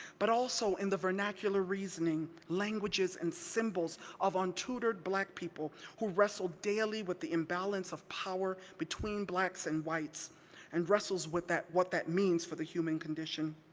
but also in the vernacular reasoning, languages and symbols of untutored black people who wrestled daily with the imbalance of power between blacks and whites and wrestles with what that means for the human condition.